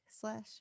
slash